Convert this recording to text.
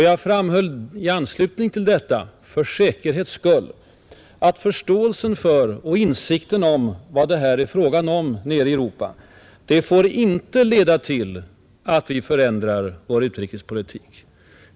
Jag framhöll i anslutning till detta för säkerhets skull att förståelsen för och insikten om vad det är fråga om nere i Europa inte får leda till att vi förändrar vår utrikespolitik.